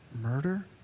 murder